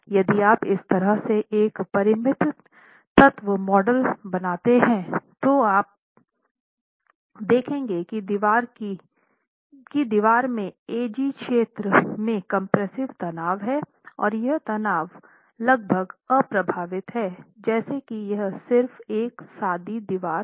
यदि आप इस तरह से एक परिमित तत्व मॉडल बनाते हैं तो आप देखेंगे कि दीवार में AG क्षेत्र में कम्प्रेस्सिव तनाव है और यह तनाव लगभग अप्रभावित है जैसे की यह सिर्फ एक सादी दीवार हो